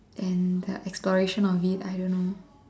and the exploration of it I don't know